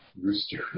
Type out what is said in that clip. rooster